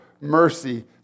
mercy